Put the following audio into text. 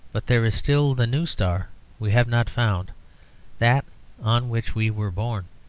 but there is still the new star we have not found that on which we were born.